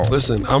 Listen